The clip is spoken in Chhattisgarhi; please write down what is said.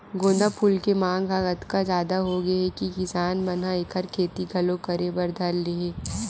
गोंदा फूल के मांग ह अतका जादा होगे हे कि किसान मन ह एखर खेती घलो करे बर धर ले हे